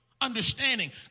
Understanding